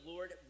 Lord